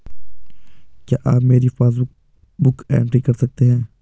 क्या आप मेरी पासबुक बुक एंट्री कर सकते हैं?